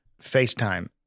FaceTime